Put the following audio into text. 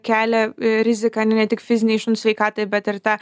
kelia riziką ne tik fizinei šuns sveikatai bet ir ta